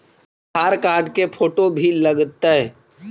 आधार card के photo भी लग तै?